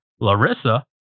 Larissa